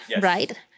right